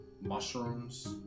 mushrooms